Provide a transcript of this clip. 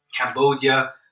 Cambodia